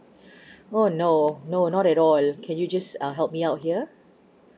oh no no not at all can you just uh help me out here